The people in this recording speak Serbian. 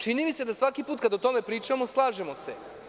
Čini mi se da svaki put kada o tome pričamo, slažemo se.